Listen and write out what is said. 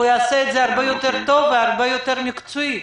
והוא יעשה את זה הרבה יותר טוב והרבה יותר מקצועי.